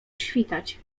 świtać